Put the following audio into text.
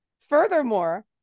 furthermore